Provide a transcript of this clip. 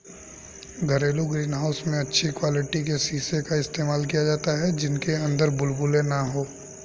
घरेलू greenhouse में अच्छी क्वालिटी के शीशे का इस्तेमाल किया जाता है जिनके अंदर बुलबुले ना हो